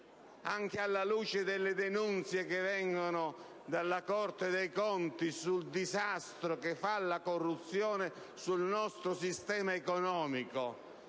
anche alla luce delle denunce provenienti dalla Corte dei conti sul disastro che induce la corruzione sul nostro sistema economico?